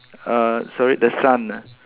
uh sorry the sun ah